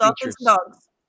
dogs